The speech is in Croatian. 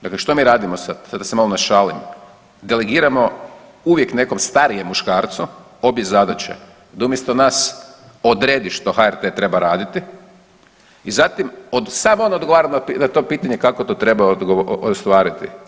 Dakle, što mi radimo, sad da se malo našalim, delegiramo uvijek nekom starijem muškarcu obje zadaće da umjesto nas odredi što HRT treba raditi i zatim od, sam on odgovara na to pitanje kako to treba ostvariti.